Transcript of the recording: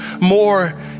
more